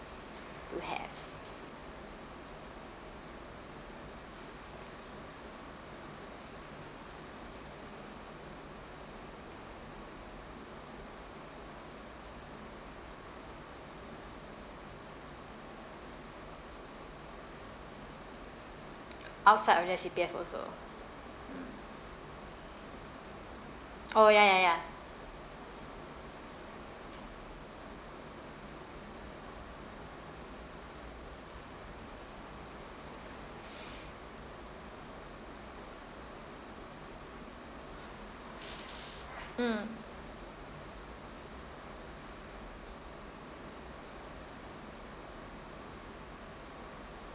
to have outside of the C_P_F also mm oh ya ya ya mm